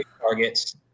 targets